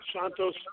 Santos